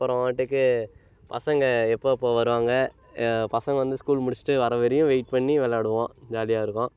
அப்புறமேட்டுக்கு பசங்கள் எப்பப்போது வருவாங்க பசங்கள் வந்து ஸ்கூல் முடிச்சுட்டு வரவரையும் வெயிட் பண்ணி விளயாடுவோம் ஜாலியாக இருக்கும்